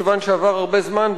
כיוון שעבר הרבה זמן,